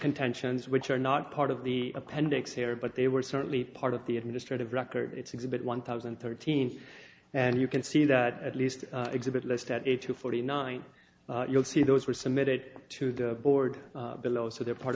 contentions which are not part of the appendix here but they were certainly part of the administrative record it's exhibit one thousand and thirteen and you can see that at least exhibit lestat eight to forty nine you'll see those were submitted to the board below so they're part